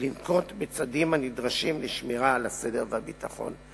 לנקוט צעדים הנדרשים לשמירה על הסדר והביטחון".